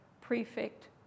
Prefect